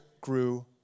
grew